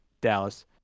Dallas